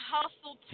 Hustle